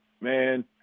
man